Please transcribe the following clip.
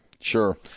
Sure